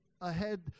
ahead